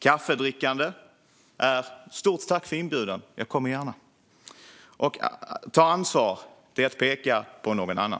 Kaffedrickande betyder stort tack för inbjudan, jag kommer gärna. Att ta ansvar betyder att peka på någon annan.